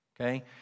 Okay